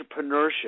entrepreneurship